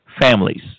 Families